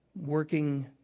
working